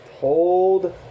Hold